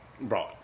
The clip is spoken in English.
Right